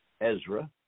Ezra